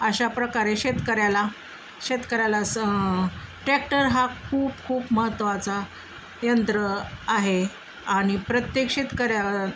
अशा प्रकारे शेतकऱ्याला शेतकऱ्याला असं टॅक्टर हा खूप खूप महत्त्वाचा यंत्र आहे आणि प्रत्येक शेतकऱ्या